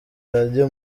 radio